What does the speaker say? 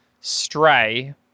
Stray